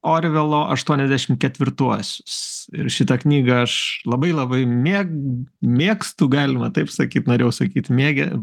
orvelo aštuoniasdešimt ketvirtuosius ir šitą knygą aš labai labai mėg mėgstu galima taip sakyt norėjau sakyti miegia